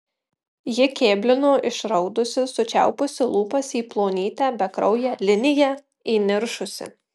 ji kėblino išraudusi sučiaupusi lūpas į plonytę bekrauję liniją įniršusi